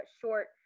short